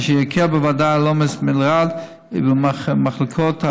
אשר יקל בוודאי על העומס במלר"ד ובמחלקות המיון,